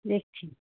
দেখছি